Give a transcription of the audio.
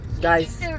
guys